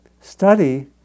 study